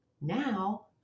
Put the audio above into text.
Now